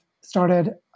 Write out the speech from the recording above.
started